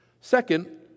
Second